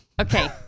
Okay